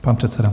Pan předseda.